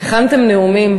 הכנתם נאומים